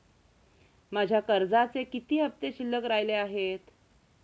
माझ्या कर्जाचे किती हफ्ते शिल्लक राहिले आहेत?